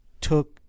took